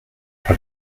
par